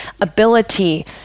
ability